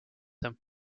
him